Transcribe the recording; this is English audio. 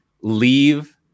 leave